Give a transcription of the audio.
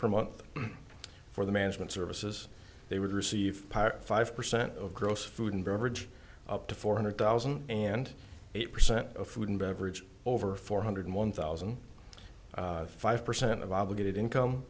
per month for the management services they would receive five percent of gross food and beverage up to four hundred thousand and eight percent of food and beverage over four hundred one thousand five percent of obligated income